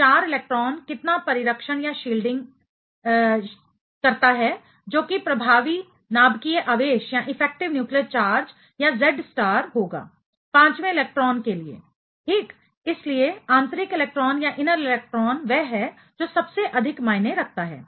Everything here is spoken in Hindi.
तो 4 इलेक्ट्रॉन कितना परिरक्षण शील्डिंग है जो कि प्रभावी नाभिकीय आवेश इफेक्टिव न्यूक्लियर चार्ज या Z स्टार होगा पांचवें इलेक्ट्रॉन के लिए ठीक इसलिए आंतरिक इलेक्ट्रॉन वह है जो सबसे अधिक मायने रखता है